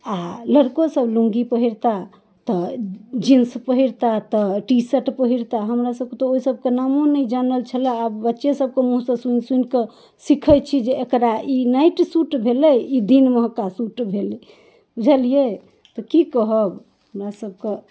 आओर लड़को सब लुङ्गी पहिरता तऽ जींस पहिरता तऽ टी शर्ट पहिरता हमरा सबके तऽ ओसबके नामो नहि जानल छलै आब बच्चे सबके मुँहसँ सुनि सुनिकऽ सीखै छी जे एकरा इ नाइट सूट भेलै ई दिनमेका सूट भेलै बुझलियै तऽ की कहब हमरा सबके